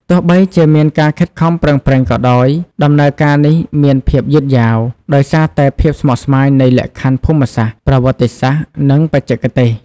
ទោះបីជាមានការខិតខំប្រឹងប្រែងក៏ដោយ ដំណើរការនេះមានភាពយឺតយ៉ាវ ដោយសារតែភាពស្មុគស្មាញនៃលក្ខខណ្ឌភូមិសាស្ត្រ ប្រវត្តិសាស្ត្រ និងបច្ចេកទេស។